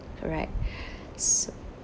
correct